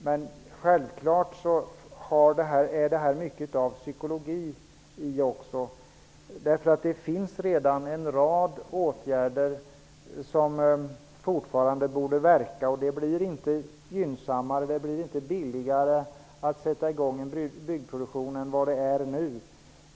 Men självklart är det mycket av psykologi här. Det finns redan en rad åtgärder som fortfarande borde verka. Det blir inte gynnsammare och det blir inte billigare att sätta i gång en byggproduktion än vad det är nu.